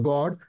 God